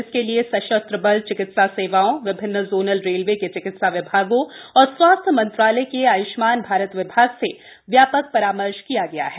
इसके लिए सशस्त्र बल चिकित्सा सेवाओं विभिन्न जोनल रेलवे के चिकित्सा विभागों और स्वास्थ्य मंत्रालय के आय्ष्मान भारत विभाग से व्यापक परामर्श किया गया है